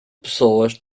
pessoas